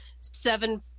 seven